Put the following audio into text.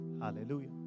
hallelujah